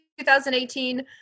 2018